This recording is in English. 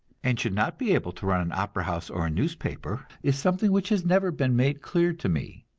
and should not be able to run an opera-house, or a newspaper, is something which has never been made clear to me.